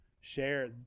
share